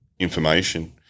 Information